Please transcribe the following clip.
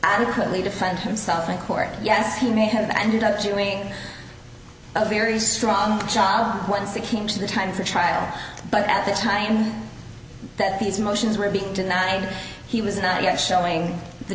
adequately defend himself in court yes he may have ended up doing a very strong job once he came to the time for trial but at the time that these motions were being denied he was not yet showing the